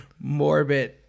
morbid